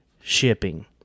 shipping